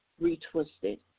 retwisted